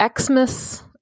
Xmas